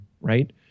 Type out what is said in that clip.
right